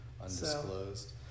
undisclosed